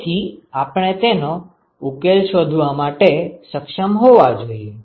તેથી આપણે તેનો ઉકેલ શોધવા માટે સક્ષમ હોવા જોઈએ